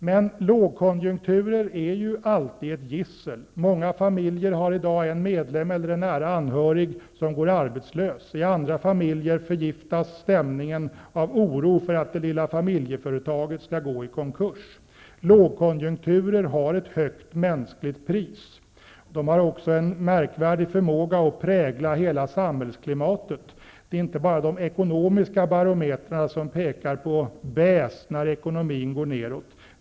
Men lågkonjunkturer är alltid ett gissel. Många familjer har i dag en medlem eller en nära anhörig som går arbetslös. I andra familjer förgiftas stämningen av oro för att det lilla familjeföretaget skall gå i konkurs. Lågkonjunkturer har ett högt mänskligt pris. De har också en märkvärdig förmåga att prägla hela samhällsklimatet. Det är inte bara de ekonomiska barometrarna som pekar på baisse när ekonomin går neråt.